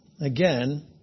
again